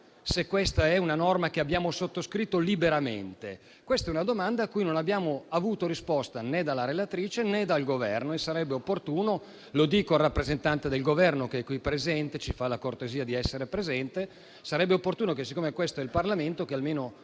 se questa è una norma che abbiamo sottoscritto liberamente? A questa domanda non abbiamo avuto risposta, né dalla relatrice, né dal Governo. Mi rivolgo al rappresentante del Governo che ci fa la cortesia di essere presente: sarebbe opportuno che, siccome questo è il Parlamento, almeno